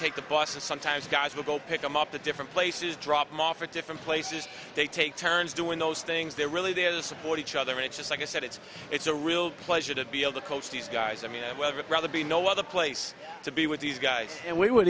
take the bus or sometimes guys will go pick them up to different places drop them off at different places they take turns doing those things they're really there to support each other and just like i said it's it's a real pleasure to be able to coach these guys i mean whether it rather be no other place to be with these guys and we w